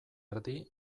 erdi